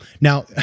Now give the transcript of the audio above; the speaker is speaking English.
Now